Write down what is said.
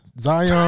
Zion